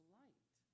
light